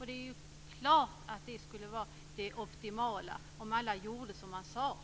Det är klart att det optimala skulle vara om alla gjorde som man sade.